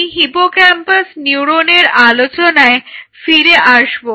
আমি হিপোক্যাম্পাস নিউরনের আলোচনায় ফিরে আসবো